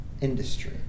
industry